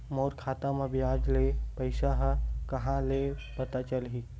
मोर खाता म ब्याज के पईसा ह कहां ले पता चलही?